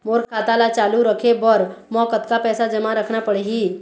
मोर खाता ला चालू रखे बर म कतका पैसा जमा रखना पड़ही?